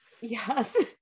Yes